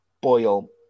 boil